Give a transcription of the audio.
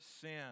sin